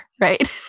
Right